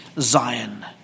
Zion